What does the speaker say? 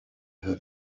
her